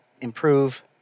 improve